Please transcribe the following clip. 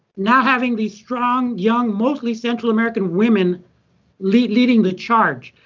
now having the strong, young, mostly central american women leading the charge.